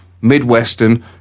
Midwestern